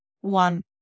One